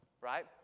right